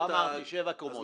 לא אמרתי שבע קומות.